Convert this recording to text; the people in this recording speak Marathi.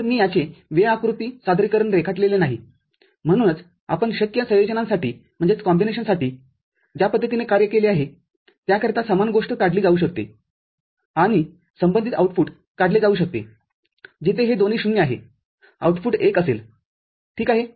तर मी याचे वेळ आकृती सादरीकरण रेखाटलेले नाही म्हणूनचआपण शक्य संयोजनांसाठी ज्या पद्धतीने कार्य केले आहे त्याकरिता समान गोष्ट काढली जाऊ शकते आणि संबंधित आउटपुट काढले जाऊ शकते जिथे हे दोन्ही 0 आहे आउटपुट १ असेल ठीक आहे